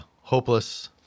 hopeless